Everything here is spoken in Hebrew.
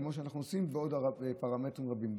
כמו שאנחנו עושים בעוד פרמטרים רבים.